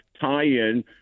tie-in